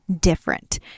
different